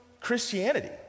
Christianity